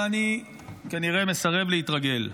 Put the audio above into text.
ואני כנראה מסרב להתרגל.